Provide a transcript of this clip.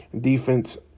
defense